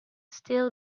still